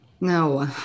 no